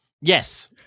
Yes